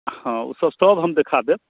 हाँ ओ सभ सभ हम देखा देब